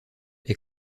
est